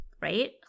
Right